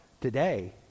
today